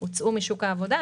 שהוצאו משוק העבודה,